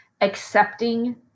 Accepting